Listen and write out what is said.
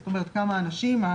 כמה אנשים יש,